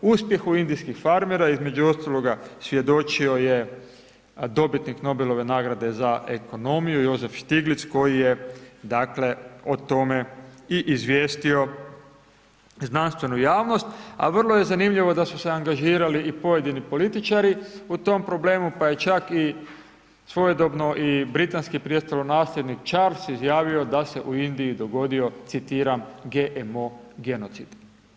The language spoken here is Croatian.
Uspjeh u indijskih farmera, između ostalog, svjedočio je dobitnik Nobelove nagrade za ekonomiju, Josef Stiglic koji je dakle, o tome i izvijestio znanstvenu javnost, a vrlo je zanimljivo da su se angažirali i pojedini političari u tom problemu, pa je čak i svojedobno i britanski prestolonasljednik Charls izjavio da se u Indiji dogodio, citiram GMO genocid.